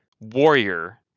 warrior